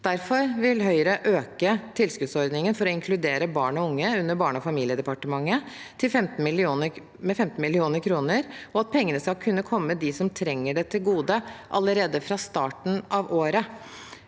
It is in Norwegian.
Derfor vil Høyre øke tilskuddsordningen for å inkludere barn og unge, under Barne- og familiedepartementet, med 15 mill. kr, og at pengene skal kunne komme dem som trenger det, til gode allerede fra starten av året.